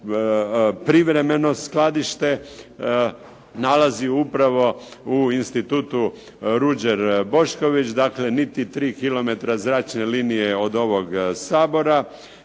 privremeno skladište nalazi upravo u Institutu "Ruđer Bošković". Dakle, niti 3 km zračne linije od ovog Sabora.